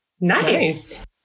Nice